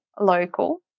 Local